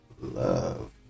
love